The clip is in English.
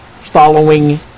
following